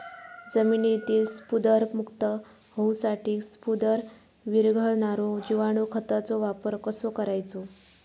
जमिनीतील स्फुदरमुक्त होऊसाठीक स्फुदर वीरघळनारो जिवाणू खताचो वापर कसो करायचो?